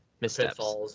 missteps